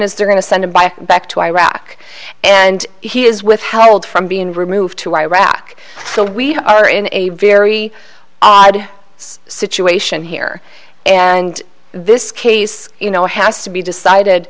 is they're going to send a bike back to iraq and he is withheld from being removed to iraq so we are in a very odd situation here and this case you know has to be decided